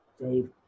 Dave